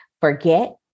forget